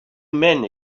men